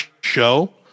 show